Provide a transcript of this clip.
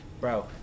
Bro